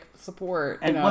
support